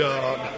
God